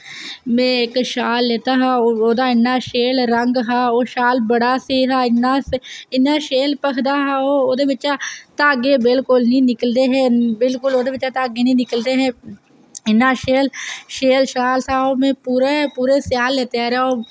में इक शाल लैत्ता हा ओह्दा इन्ना शैल रंग हा ओह् शाल बड़ा शैल हा इन्नै भखदा हा ओह् धागे बिल्कुल नी निकलदे हे धागे बिल्कुल नी निकलदे हे इन्ना शैल शाल हा ओह् में पूरे स्याल लैत्ते दा रक्खेआ